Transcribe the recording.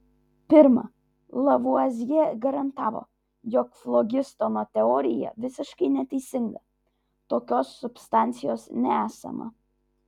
pirma lavuazjė garantavo jog flogistono teorija visiškai neteisinga tokios substancijos nesama